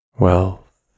Wealth